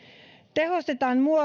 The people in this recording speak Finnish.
tehostetaan